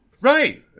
Right